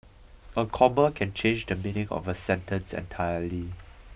a comma can change the meaning of a sentence entirely